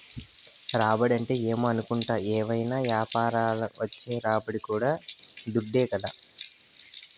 రాబడంటే ఏమో అనుకుంటాని, ఏవైనా యాపారంల వచ్చే రాబడి కూడా దుడ్డే కదా